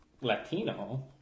latino